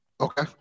okay